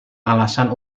alasan